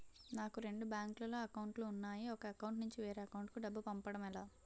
నాకు రెండు బ్యాంక్ లో లో అకౌంట్ లు ఉన్నాయి ఒక అకౌంట్ నుంచి వేరే అకౌంట్ కు డబ్బు పంపడం ఎలా?